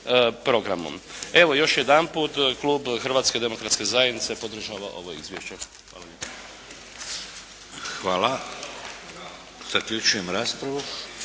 programom. Evo još jedanput Klub Hrvatske demokratske zajednice podržava ovo izvješće. Hvala lijepa.